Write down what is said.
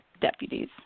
deputies